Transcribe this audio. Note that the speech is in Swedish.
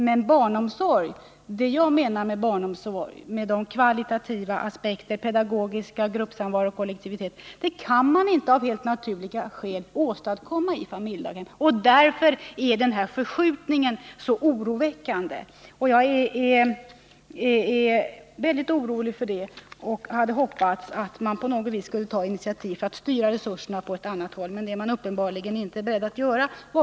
Men det jag menar med barnomsorg — jag tänker då på de kvalitativa pedagogiska aspekterna, gruppsamvaro, kollektivitet, m.m. — kan man av helt naturliga skäl inte åstadkomma i familjedaghem, och därför är den förskjutning som ägt rum oroväckande. Jag hade hoppats att man skulle ta något initiativ för att styra resurserna på annat sätt, men det är man uppenbarligen inte beredd att göra.